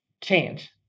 change